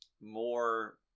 more